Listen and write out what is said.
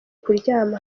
kuryama